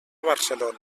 barcelona